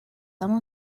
some